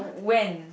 when